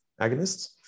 agonists